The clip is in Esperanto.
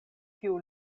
tiu